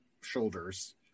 shoulders